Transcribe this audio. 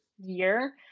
year